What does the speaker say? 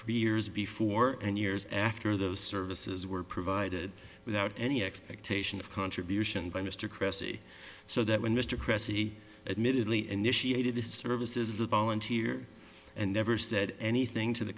for years before and years after those services were provided without any expectation of contributions by mr cressy so that when mr cressy admittedly initiated this service is a volunteer and never said anything to the